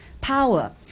power